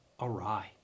awry